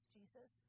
Jesus